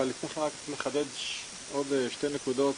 אבל לפני כן רק לחדד עוד שתי נקודות.